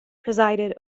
presided